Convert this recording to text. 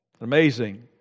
Amazing